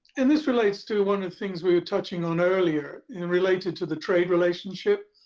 and this relates to one of the things we were touching on earlier and related to the trade relationship.